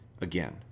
Again